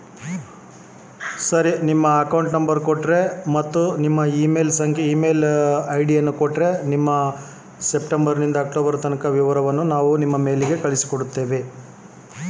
ನನ್ನ ಅಕೌಂಟಿನ ಸೆಪ್ಟೆಂಬರನಿಂದ ಅಕ್ಟೋಬರ್ ತನಕ ವಿವರ ಕೊಡ್ರಿ?